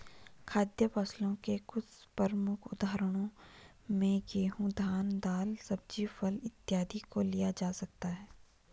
खाद्य फसलों के कुछ प्रमुख उदाहरणों में गेहूं, धान, दाल, सब्जी, फल इत्यादि को लिया जा सकता है